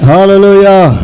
Hallelujah